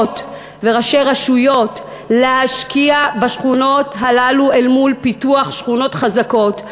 וראשי רשויות להשקיע בשכונות האלה אל מול פיתוח שכונות חזקות,